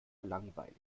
langweilig